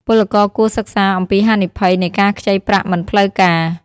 ពលករគួរសិក្សាអំពីហានិភ័យនៃការខ្ចីប្រាក់មិនផ្លូវការ។